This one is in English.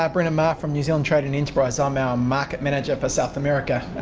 mahar and mahar from new zealand trade and enterprise, i'm our market manager for south america.